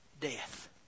death